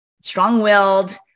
strong-willed